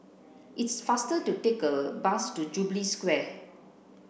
it is faster to take a bus to Jubilee Square